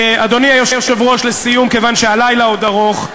אדוני היושב-ראש, לסיום, כיוון שהלילה עוד ארוך,